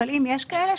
אבל אם יש מישהו כזה,